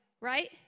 right